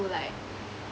to like